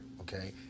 okay